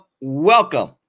welcome